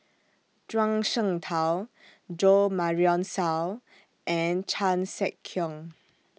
Zhuang Shengtao Jo Marion Seow and Chan Sek Keong